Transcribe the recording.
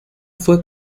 fue